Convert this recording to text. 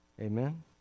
Amen